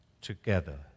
together